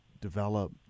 develop